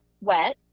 wet